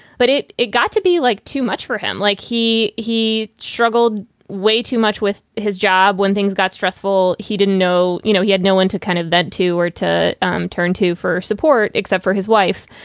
but it it got to be like too much for him. like, he he struggled way too much with his job when things got stressful. he didn't know, you know, he had no one to kind of get to or to um turn to for support except for his wife.